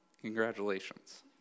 Congratulations